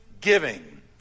giving